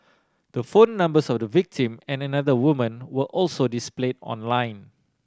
the phone numbers of the victim and another woman were also displayed online